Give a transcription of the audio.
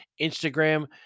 Instagram